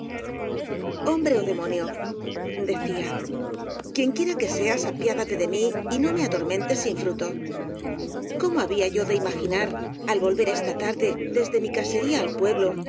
hombre ó demonio d ecía quien quiera que seas apiádate de mí y no me atormentes sin fruto cómo había yo de imaginar al volver esta tarde desde mi casería al pueblo